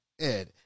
Ed